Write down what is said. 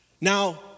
Now